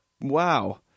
Wow